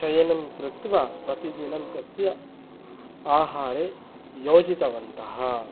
चयनं कृत्वा प्रतिदिनं तस्य आहारे योजितवन्तः